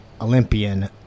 Olympian